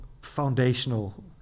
foundational